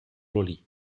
lolly